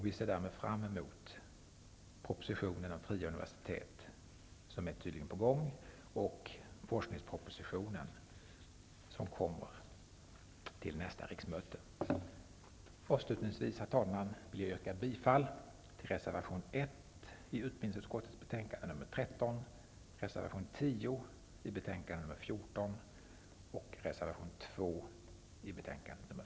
Vi ser därför fram emot den proposition om fria universitet som tydligen är på gång och forskningspropositionen som kommer till nästa riksmöte. Avslutningsvis, herr talman, vill jag yrka bifall till reservation 1 i utbildningsutskottets betänkande nr